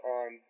on